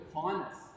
kindness